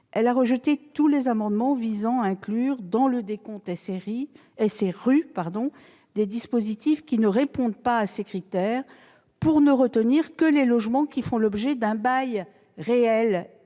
ÉLAN, rejetant tous les amendements visant à inclure dans le décompte SRU des dispositifs qui ne répondent pas à ces critères pour ne retenir que les logements faisant l'objet d'un bail réel